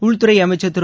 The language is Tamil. உள்துறை அமைச்சர் திரு